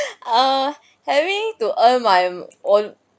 uh having to earn my own